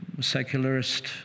secularist